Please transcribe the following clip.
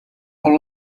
all